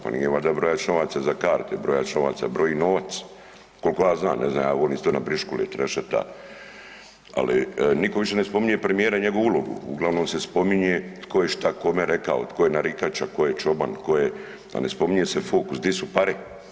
Pa nije valjda brojač novaca za karte, brojač novaca broji novac, koliko ja znam, ne znam jel briškule i trešeta, ali nitko više ne spominje premijera i njegovu ulogu, uglavnom se spominje tko je šta kome rekao, tko je narikača, tko je čoban, tko je, a ne spominje se fokus di su pare.